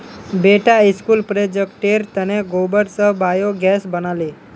बेटा स्कूल प्रोजेक्टेर तने गोबर स बायोगैस बना ले